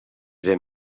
ben